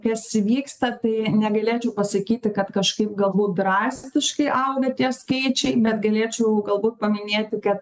kas įvyksta tai negalėčiau pasakyti kad kažkaip galbūt drastiškai auga tie skaičiai bet galėčiau galbūt paminėti kad